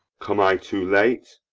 come i too late?